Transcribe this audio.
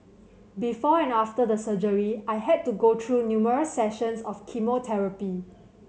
before and after the surgery I had to go through numerous sessions of chemotherapy